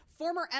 Former